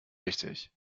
richtig